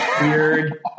weird